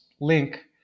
link